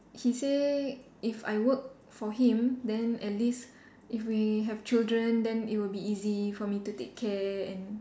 he say if I work for him then at least if we have children then it will be easy for me to take care and